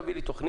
תביא לי תוכנית